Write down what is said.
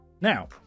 Now